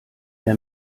der